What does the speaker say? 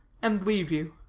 and leave you.